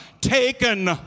taken